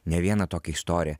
ne vieną tokią istoriją